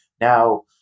now